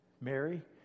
Mary